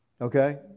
Okay